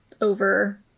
over